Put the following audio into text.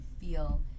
feel